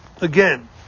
again